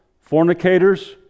fornicators